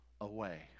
away